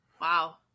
Wow